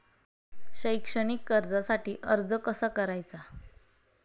शैक्षणिक कर्जासाठी अर्ज कसा करायचा?